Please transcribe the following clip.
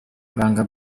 banga